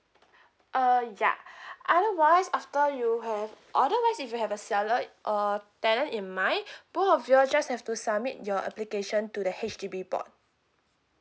uh yeah otherwise after you have otherwise if you have a seller uh tenant in mind both of you all just have to submit your application to the H_D_B board